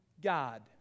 God